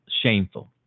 shameful